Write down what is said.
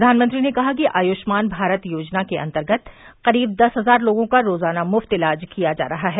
प्रधानमंत्री ने कहा कि आयुष्मान भारत योजना के अंतर्गत करीब दस हजार लोगों का रोजाना मुफ्त इलाज किया जा रहा है